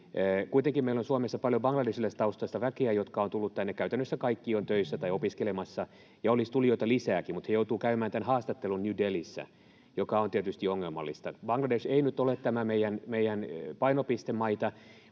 Kuitenkin meillä on Suomessa paljon bangladeshilaistaustaista väkeä, jotka ovat tulleet tänne ja käytännössä kaikki ovat töissä tai opiskelemassa, ja olisi tulijoita lisääkin, mutta he joutuvat käymään tämän haastattelun New Delhissä, mikä on tietysti ongelmallista. Bangladesh ei nyt ole meidän painopistemaita,